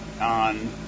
on